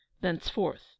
thenceforth